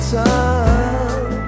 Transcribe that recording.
time